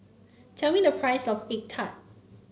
tell me the price of egg tart